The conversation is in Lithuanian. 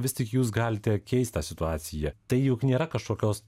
vis tik jūs galite keist tą situaciją tai juk nėra kažkokios